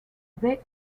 they